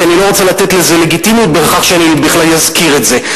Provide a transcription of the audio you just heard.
כי אני לא רוצה לתת לזה לגיטימיות בכך שאני בכלל אזכיר את זה.